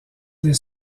des